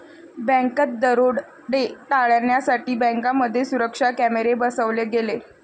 बँकात दरोडे टाळण्यासाठी बँकांमध्ये सुरक्षा कॅमेरे बसवले गेले